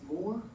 more